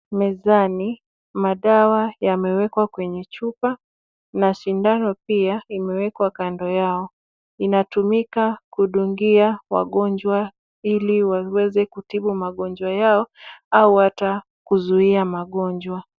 Mezani madawa yamewekwa kwenye chupa na sindano pia imewekwa kando yao. Inatumika kudungia wagonjwa ili waweze kutibu magonjwa yao au ata kuzuia magonjwa.